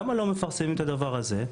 למה לא מפרסמים את הדבר הזה?